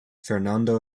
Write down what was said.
fernando